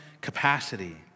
capacity